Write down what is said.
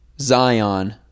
Zion